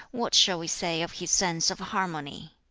what shall we say of his sense of harmony?